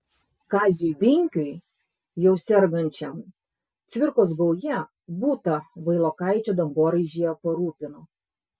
kaziui binkiui jau sergančiam cvirkos gauja butą vailokaičio dangoraižyje parūpino